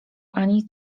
ani